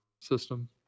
system